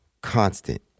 constant